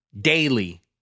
daily